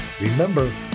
Remember